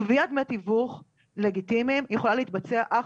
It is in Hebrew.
גביית דמי תיווך לגיטימיים יכולה להתבצע אך